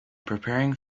preparing